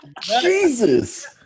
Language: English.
Jesus